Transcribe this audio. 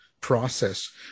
process